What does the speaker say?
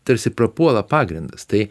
tarsi prapuola pagrindas tai